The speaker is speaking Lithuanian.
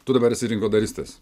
tu dabar esi rinkodaristas